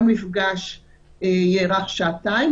כל מפגש יארך שעתיים,